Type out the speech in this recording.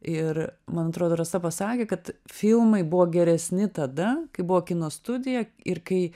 ir man atrodo rasa pasakė kad filmai buvo geresni tada kai buvo kino studija ir kai